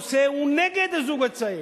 עושה הוא נגד הזוג הצעיר,